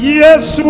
yes